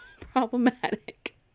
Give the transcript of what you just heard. problematic